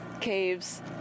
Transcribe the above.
caves